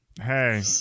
hey